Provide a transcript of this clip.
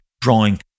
drawing